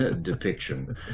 depiction